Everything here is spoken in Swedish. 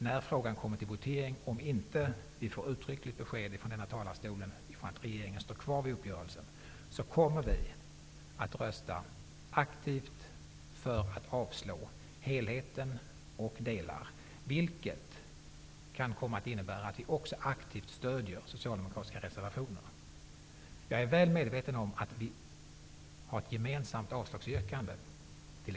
När frågan kommer till votering -- om vi inte får uttryckligt besked från denna talarstol att regeringen står kvar vid uppgörelsen -- kommer vi att aktivt rösta för att avslå helheten och delar, vilket kan komma att innebära att vi också aktivt stöder socialdemokratiska reservationer. Jag är väl medveten om att det t.ex. finns ett gemensamt avslagsyrkande.